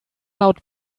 laut